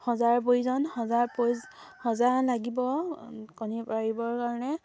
সজাৰ প্ৰয়োজন সজা লাগিব কণী পাৰিবৰ কাৰণে